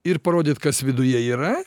ir parodyt kas viduje yra